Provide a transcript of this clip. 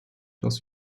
das